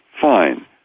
Fine